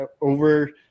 over